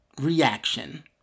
reaction